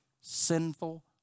sinful